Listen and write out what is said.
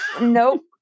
Nope